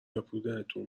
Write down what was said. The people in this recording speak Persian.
پولتون